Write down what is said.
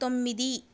తొమ్మిది